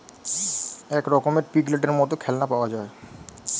এক রকমের পিগলেটের মত খেলনা পাওয়া যায়